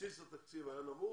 בסיס התקציב היה נמוך,